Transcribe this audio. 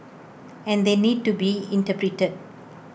and they need to be interpreted